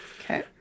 okay